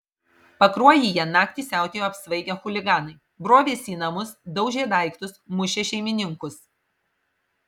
pakruojyje naktį siautėjo apsvaigę chuliganai brovėsi į namus daužė daiktus mušė šeimininkus